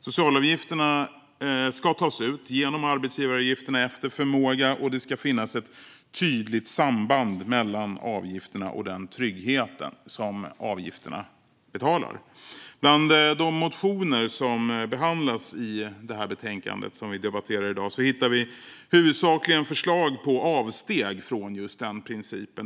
Socialavgifterna ska tas ut - genom arbetsgivarna - efter förmåga, och det ska finnas ett tydligt samband mellan avgifterna och den trygghet som avgifterna betalar. Bland de motioner som behandlas i betänkandet vi debatterar i dag hittar vi huvudsakligen förslag på avsteg från den principen.